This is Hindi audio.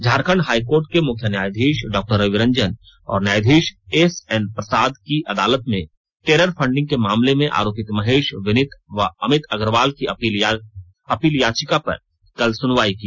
झारखंड हाई कोर्ट के मुख्य न्यायधीश डॉ रवि रंजन और न्यायधीश एसएन प्रसाद की अदालत में टेरर फंडिंग के मामले में आरोपित महेश विनीत व अमित अग्रवाल की अपील याचिका पर कल सुनवाई की